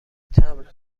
تمبر